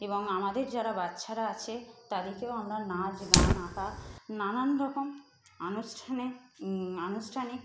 এবং আমাদের যারা বাচ্চারা আছে তাদেরকেও আমরা নাচ গান আঁকা নানানরকম আনুষ্ঠানে আনুষ্ঠানিক